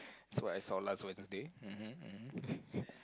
so I saw Lazo in the day mmhmm mmhmm